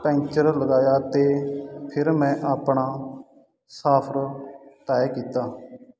puncture ਲਗਾਇਆ ਤੇ ਫਿਰ ਮੈਂ ਆਪਣਾ ਸਫਰ ਤੈਅ ਕੀਤਾ